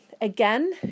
Again